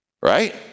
right